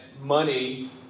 money